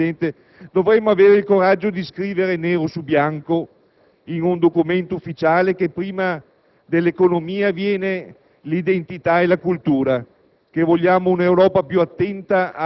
Almeno qui, in quest'Aula, signor Presidente, dovremmo avere il coraggio di scrivere, nero su bianco, in un documento ufficiale, che prima dell'economia vengono l'identità e la cultura,